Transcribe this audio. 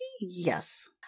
yes